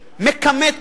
מכמת,